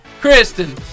Kristen